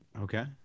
Okay